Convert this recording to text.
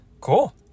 cool